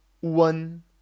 one